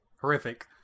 horrific